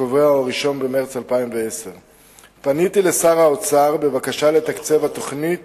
הקובע הוא 1 במרס 2010. פניתי לשר האוצר בבקשה לתקצב את התוכנית